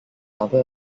other